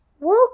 Walk